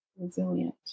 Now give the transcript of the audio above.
Resilient